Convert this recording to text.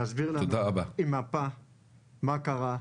להסביר להם מה קרה,